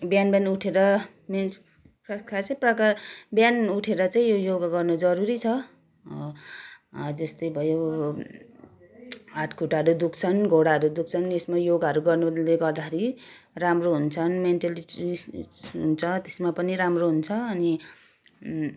बिहान बिहान उठेर मेन खासै प्रका बिहान उठेर चाहिँ योगा गर्न जरुरी छ जस्तै भयो हात खुट्टाहरू दुख्छन् घुँडाहरू दुख्छन् यसमा योगाहरू गर्नुले गर्दाखेरि राम्रो हुन्छन् मेन्टलिटी हुन्छ त्यसमा पनि राम्रो हुन्छ अनि